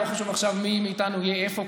לא חשוב עכשיו מי מאיתנו יהיה איפה,